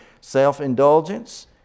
self-indulgence